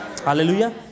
Hallelujah